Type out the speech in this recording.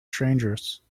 strangers